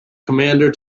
commander